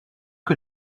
que